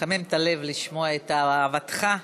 מחמם את הלב לשמוע את אהבתך לכרמל.